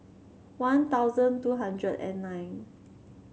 One Thousand two hundred and nine